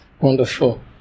wonderful